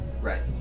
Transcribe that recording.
Right